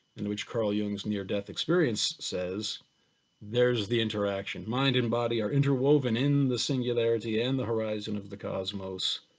in which carl jung's near death experience says there's the interaction, mind and body are interwoven in the singularity and the horizon of the cosmos